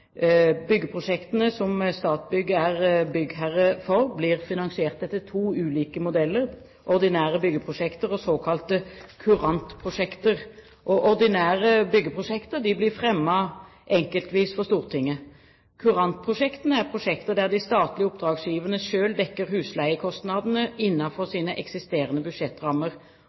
Byggeprosjektene som Statsbygg er byggherre for, blir finansiert etter to ulike modeller – ordinære byggeprosjekter og såkalte kurantprosjekter. Ordinære byggeprosjekter blir fremmet enkeltvis for Stortinget. Kurantprosjektene er prosjekter der de statlige oppdragsgiverne selv dekker husleiekostnadene innenfor sine eksisterende budsjettrammer.